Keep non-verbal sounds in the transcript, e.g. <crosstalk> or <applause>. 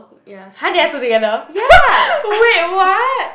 ya !huh! they are two together <laughs> wait what